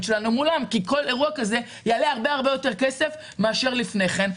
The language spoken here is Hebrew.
שלנו מולם כי כל אירוע כזה יעלה הרבה יותר כסף מאשר לפני כן.